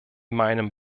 meinem